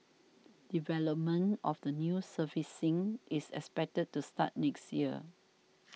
development of the new surfacing is expected to start next year